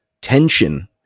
tension